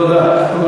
תקבלו תשובה.